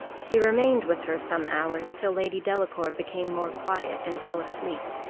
he remained with her some hours, till lady delacour became more quiet and fell asleep,